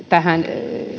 tähän